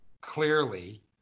clearly